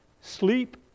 Sleep